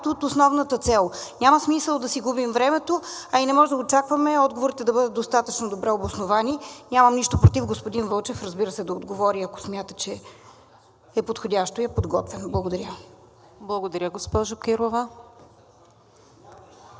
от основната цел. Няма смисъл да си губим времето, а и не може да очакваме отговорите да бъдат достатъчно добре обосновани. Нямам нищо против господин Вълчев, разбира се, да отговори, ако смята, че е подходящо и е подготвен. Благодаря. ПРЕДСЕДАТЕЛ НИКОЛЕТА